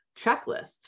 checklists